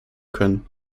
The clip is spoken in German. können